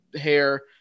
hair